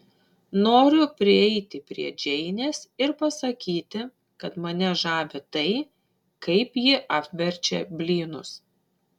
noriu prieiti prie džeinės ir pasakyti kad mane žavi tai kaip ji apverčia blynus